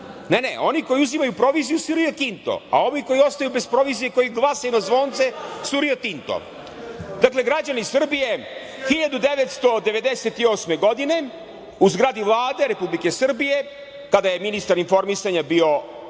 Ne, ne oni koji uzimaju proviziju su Rio kinto, a ovi koji ostaju bez provizije, koji glasaju na zvonce su Rio Tinto. Dakle, građani Srbije, 1998. godine u zgradi Vlade Republike Srbije, kada je ministar informisanja bio